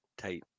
type